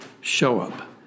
show-up